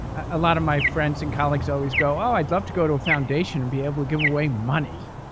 a lot of my friends and colleagues always go, oh, i'd love to go to a foundation and be able to give away money